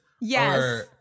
Yes